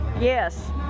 Yes